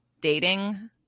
dating